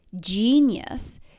genius